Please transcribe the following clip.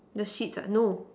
the seat ah no